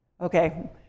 Okay